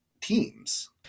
teams